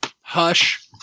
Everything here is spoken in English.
Hush